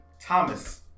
Thomas